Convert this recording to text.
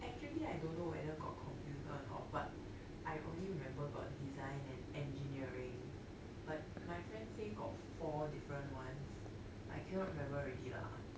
actually I don't know whether got computer or not but I only remember got design and engineering but my friend say got four different ones I cannot remember already lah